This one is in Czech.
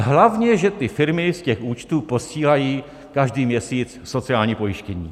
Hlavně že ty firmy z těch účtů posílají každý měsíc sociální pojištění!